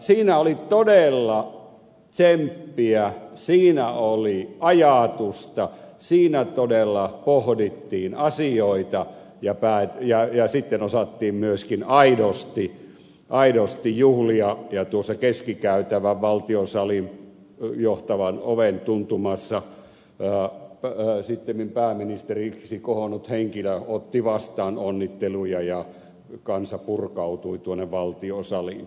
siinä oli todella tsemppiä siinä oli ajatusta siinä todella pohdittiin asioita ja sitten osattiin myöskin aidosti juhlia ja tuossa keskikäytävän valtiosaliin johtavan oven tuntumassa sittemmin pääministeriksi kohonnut henkilö otti vastaan onnitteluja ja kansa purkautui tuonne valtiosaliin